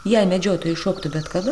jei medžiotojai šoktų bet kada